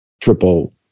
triple